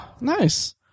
Nice